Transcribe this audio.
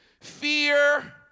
fear